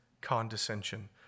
condescension